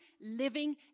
living